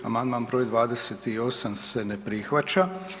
Amandman br. 28. se ne prihvaća.